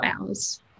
hours